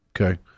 Okay